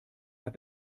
hat